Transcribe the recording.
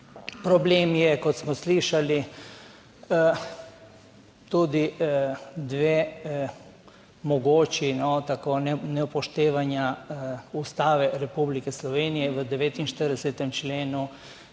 Problem je, kot smo slišali, tudi dve mogoči, tako neupoštevanja Ustave Republike Slovenije v 49. členu